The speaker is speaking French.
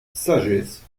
sagesse